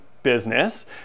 business